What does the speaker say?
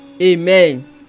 Amen